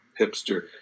hipster